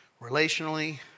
relationally